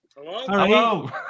Hello